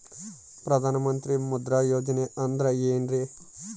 ಪ್ರಧಾನ ಮಂತ್ರಿ ಮುದ್ರಾ ಯೋಜನೆ ಅಂದ್ರೆ ಏನ್ರಿ?